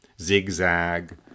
zigzag